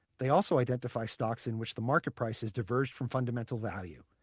they also identify stocks in which the market price has diverged from fundamental value.